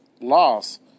loss